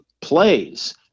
plays